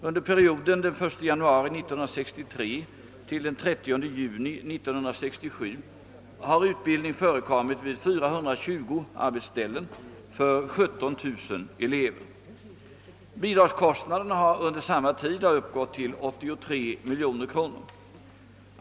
Under perioden den 1 januari 1963—den 30 juni 1967 har utbildning förekommit vid 420 arbetsställen för 17 000 elever. Bidragskostnaderna under samma tid har uppgått till 83 miljoner kronor.